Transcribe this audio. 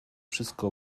wszystko